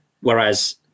Whereas